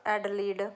Adelaide